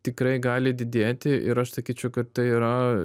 tikrai gali didėti ir aš sakyčiau kad tai yra